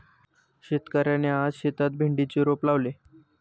शेतकऱ्याने आज शेतात भेंडीचे रोप लावले